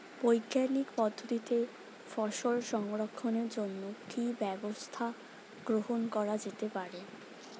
বৈজ্ঞানিক পদ্ধতিতে ফসল সংরক্ষণের জন্য কি ব্যবস্থা গ্রহণ করা যেতে পারে?